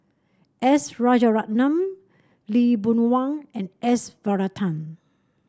S Rajaratnam Lee Boon Wang and S Varathan